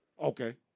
Okay